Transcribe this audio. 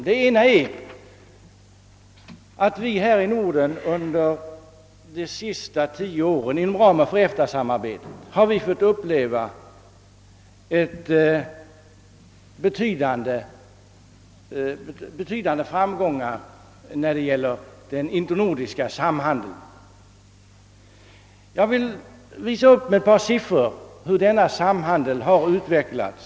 Den ena är att vi här i Norden under de senaste tio åren inom ramen för EFTA-samarbetet har fått uppleva betydande framgångar när det gäller den internordiska samhandeln. Jag vill visa upp ett par siffror som visar hur denna samhandel har utvecklats.